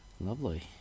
Lovely